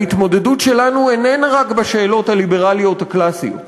ההתמודדות שלנו איננה רק בשאלות הליברליות הקלאסיות,